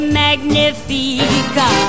magnifica